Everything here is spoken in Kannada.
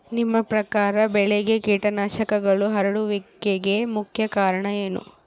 ನಿಮ್ಮ ಪ್ರಕಾರ ಬೆಳೆಗೆ ಕೇಟನಾಶಕಗಳು ಹರಡುವಿಕೆಗೆ ಮುಖ್ಯ ಕಾರಣ ಏನು?